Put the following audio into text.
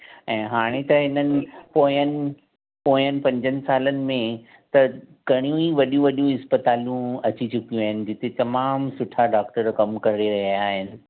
ऐं हाणे त इन्हनि पोयंनि पोयंनि पंजनि सालनि में त घणियूं ई वॾियूं वॾियूं हस्पतालियूं अची चुकियूं आहिनि जिते तमामु सुठा डॉक्टर कम करे रहिया आहिनि